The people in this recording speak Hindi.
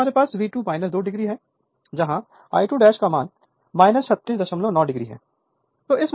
यहाँ हमारे पास V2 2o है जहाँ I2 369 o है